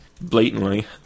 Blatantly